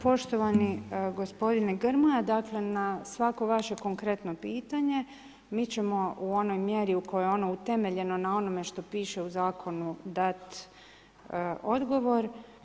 Poštovani gospodine Grmoja, dakle, na svako vaše konkretno pitanje, mi ćemo u onoj mjeri u kojoj je ona utemeljeno na onome što piše u Zakonu dati odgovor.